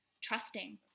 trusting